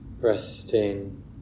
Resting